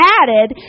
added